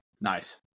Nice